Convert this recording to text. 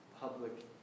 public